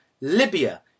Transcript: Libya